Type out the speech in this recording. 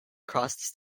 across